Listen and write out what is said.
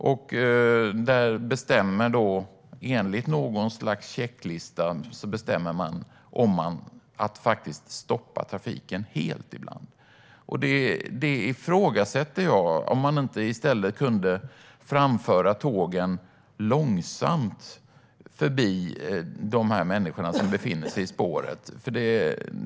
Där bestämmer man enligt något slags checklista att stoppa trafiken helt ibland. Det ifrågasätter jag. Man kunde i stället framföra tågen långsamt förbi de människor som befinner sig i spåret.